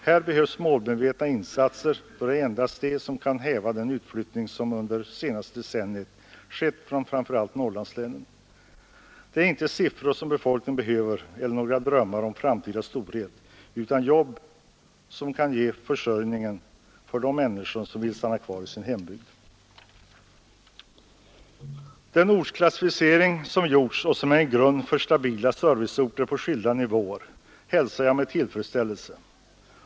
Här behövs målmedvetna insatser, då det endast är det som kan häva den utflyttning som under det senaste decenniet skett från framför allt Norrlandslänen. Det är inte siffror som befolkningen behöver eller några drömmar om framtida storhet utan jobb som kan ge försörjning för de människor som vill stanna kvar i sin hembygd. Den ortsklassificering som gjorts och som är en grund för stabila serviceorter på skilda nivåer hälsar jag med tillfredsställelse.